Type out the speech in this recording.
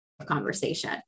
conversation